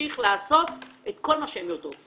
להמשיך לעשות את כל מה שהן יודעות,